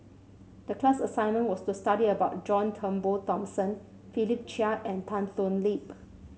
the class assignment was to study about John Turnbull Thomson Philip Chia and Tan Thoon Lip